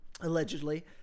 Allegedly